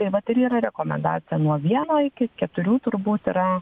tai vat ir yra rekomendacija nuo vieno iki keturių turbūt yra